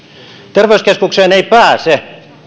terveyskeskukseen ei pääse